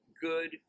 good